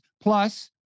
plus